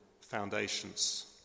foundations